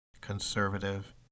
conservative